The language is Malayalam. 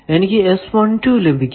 എനിക്ക് ലഭിക്കുന്നു